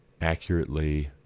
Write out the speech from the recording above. accurately